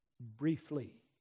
briefly